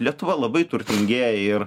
lietuva labai turtingeja ir